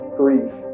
grief